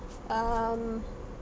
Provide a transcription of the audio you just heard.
um